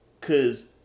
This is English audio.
Cause